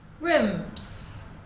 Rooms